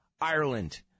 Ireland